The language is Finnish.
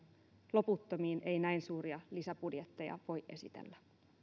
loputtomiin ei näin suuria lisäbudjetteja voi esitellä